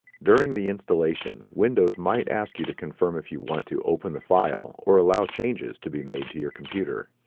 during the installation, windows might ask you to confirm if you want to open the file or allow changes to be made to your computer.